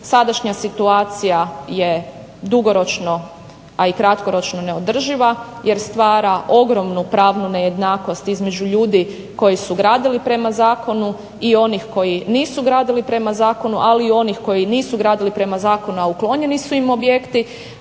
sadašnja situacija je dugoročno, a i kratkoročno neodrživa jer stvara ogromnu pravnu nejednakost između ljudi koji su gradili prema zakonu i onih koji nisu gradili prema zakonu, ali i onih koji nisu gradili prema zakonu a uklonjeni su im objekti,